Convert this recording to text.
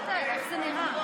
איך זה נראה.